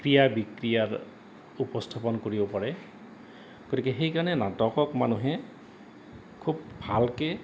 ক্ৰীড়া বিক্ৰিয়াৰ উপস্থাপন কৰিব পাৰে গতিকে সেইকাৰণে নাটকক মানুহে খুব ভালকৈ